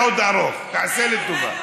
הלילה עוד ארוך, תעשה לי טובה.